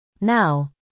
Now